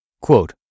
Quote